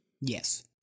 Yes